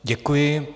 Děkuji.